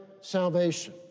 salvation